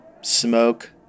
smoke